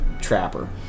Trapper